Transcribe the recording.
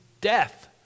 death